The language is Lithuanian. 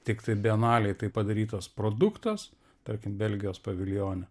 tiktai bienalėj tai padarytas produktas tarkim belgijos paviljone